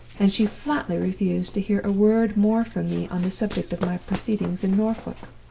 and she flatly refused to hear a word more from me on the subject of my proceedings in norfolk.